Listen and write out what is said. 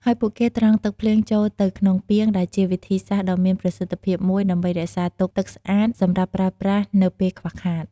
ហើយពួកគេត្រងទឹកភ្លៀងចូលទៅក្នុងពាង ដែលជាវិធីសាស្ត្រដ៏មានប្រសិទ្ធភាពមួយ ដើម្បីរក្សាទុកទឹកស្អាតសម្រាប់ប្រើប្រាស់នៅពេលខ្វះខាត។